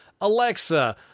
alexa